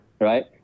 Right